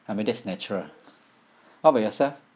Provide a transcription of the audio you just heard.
I mean that's natural what about yourself